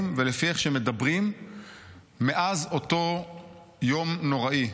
ולפי איך שהם מדברים מאז אותו יום נוראי.